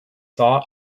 saw